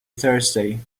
thursday